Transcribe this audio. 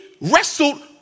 wrestled